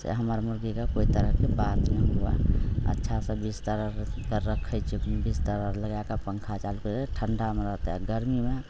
से हमर मुर्गीके कोइ तरहके बात नहि हुए अच्छा से बिस्तर पर रखैत छियै बिस्तर आर लगाएके पङ्खा चालू करिके ठंडामे ओकरा गरमीमे